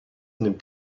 nimmt